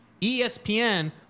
ESPN